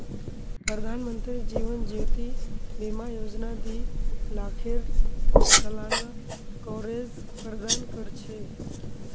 प्रधानमंत्री जीवन ज्योति बीमा योजना दी लाखेर सालाना कवरेज प्रदान कर छे